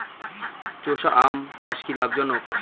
চোষা আম চাষ কি লাভজনক?